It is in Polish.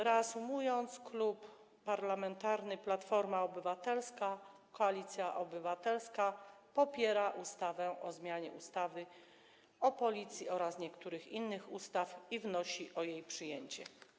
Reasumując, Klub Parlamentarny Platforma Obywatelska - Koalicja Obywatelska popiera ustawę o zmianie ustawy o Policji oraz niektórych innych ustaw i wnosi o jej przyjęcie.